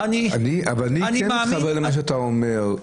אני כן מתחבר למה שאתה אומר.